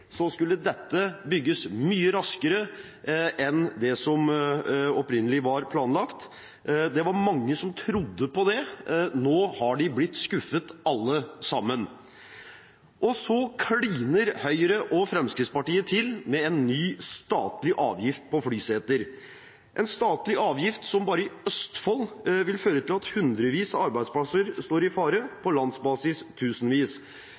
skulle dette bygges mye raskere enn det som opprinnelig var planlagt. Det var mange som trodde på det. Nå har de blitt skuffet alle sammen. Og så kliner Høyre og Fremskrittspartiet til med en ny statlig avgift på flyseter, en statlig avgift som bare i Østfold vil føre til at hundrevis av arbeidsplasser står i fare – på landsbasis tusenvis.